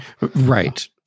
Right